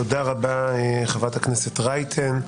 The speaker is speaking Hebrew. תודה רבה, חברת הכנסת רייטן.